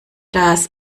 das